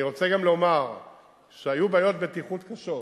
אני רוצה גם לומר שהיו בעיות בטיחות קשות,